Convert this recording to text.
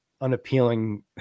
unappealing